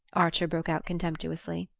archer broke out contemptuously.